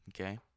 okay